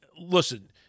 listen